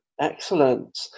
Excellent